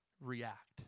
react